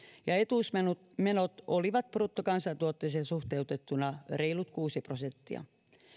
ja etuusmenot olivat bruttokansantuotteeseen suhteutettuna reilut kuusi prosenttia